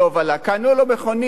קנו לו מכונית ב-2,000,